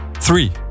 Three